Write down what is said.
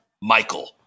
Michael